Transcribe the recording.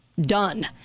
done